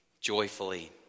joyfully